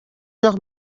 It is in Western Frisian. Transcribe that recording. noch